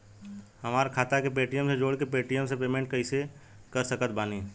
हमार खाता के पेटीएम से जोड़ के पेटीएम से पेमेंट कइसे कर सकत बानी?